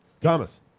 Thomas